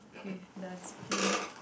with the splint